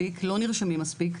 לא נרשמים מספיק.